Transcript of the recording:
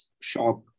shock